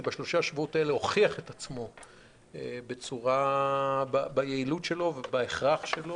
ובשלושת השבועות האלה הוכיח את עצמו ביעילות שלו ובהכרח שלו